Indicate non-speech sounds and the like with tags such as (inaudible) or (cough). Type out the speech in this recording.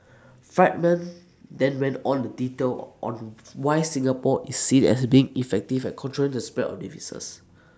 Friedman then went on the detail on (noise) why Singapore is seen as being effective at controlling the spread of diseases